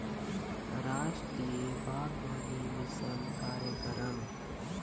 रास्टीय बागबानी मिसन कार्यकरम